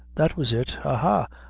that was it. ha! ha!